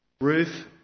Ruth